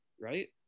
right